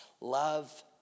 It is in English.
Love